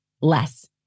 less